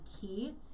key